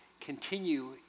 continue